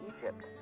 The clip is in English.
Egypt